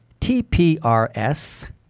TPRS